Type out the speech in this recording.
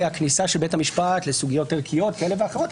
הכניסה של בית המשפט לסוגיות ערכיות כאלה ואחרות,